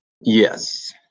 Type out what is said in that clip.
Yes